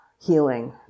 healing